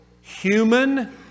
human